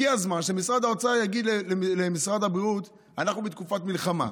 הגיע הזמן שמשרד האוצר יגיד למשרד הבריאות: אנחנו בתקופת מלחמה,